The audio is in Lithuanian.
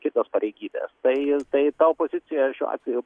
kitos pareigybės tai tai ta opozicija šiuo atveju